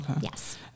Yes